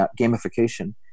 gamification